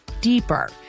deeper